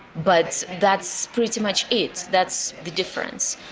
but that's pretty much it. that's the difference.